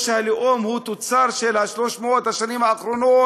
או שהלאום הוא תוצר של 300 השנים האחרונות?